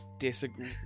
disagree